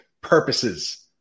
purposes